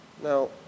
Now